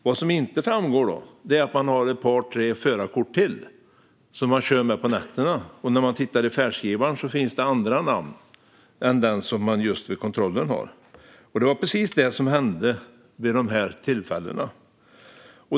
Vad som då inte framgår är att man har ett par tre förarkort till, som man kör med på nätterna. I färdskrivaren står det också andra namn än just det man har vid kontrollen. Det var precis det som hände vid dessa tillfällen.